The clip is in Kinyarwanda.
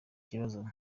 kibazo